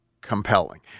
compelling